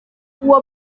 uwo